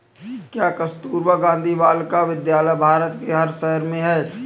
क्या कस्तूरबा गांधी बालिका विद्यालय भारत के हर शहर में है?